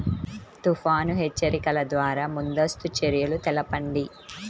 తుఫాను హెచ్చరికల ద్వార ముందస్తు చర్యలు తెలపండి?